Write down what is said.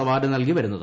award നല്കി വരുന്നത്